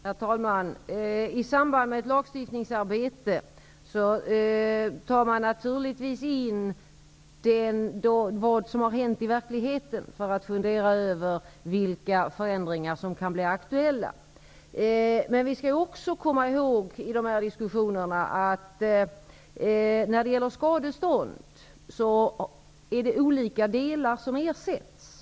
Herr talman! I samband med ett lagstiftningsarbete tar man naturligtvis hänsyn till vad som har hänt i verkligheten, när man funderar över vilka förändringar som kan bli aktuella. Men vi skall också i dessa diskussioner komma ihåg att skadeståndet innebär att olika saker ersätts.